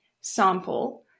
sample